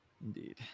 indeed